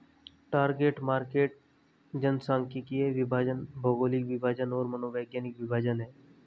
target market जनसांख्यिकीय विभाजन, भौगोलिक विभाजन और मनोवैज्ञानिक विभाजन हैं